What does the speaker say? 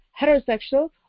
heterosexual